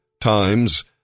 times